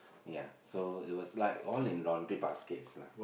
ya so it was like all in laundry baskets lah ya